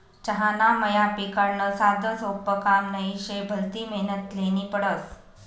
चहाना मया पिकाडनं साधंसोपं काम नही शे, भलती मेहनत ल्हेनी पडस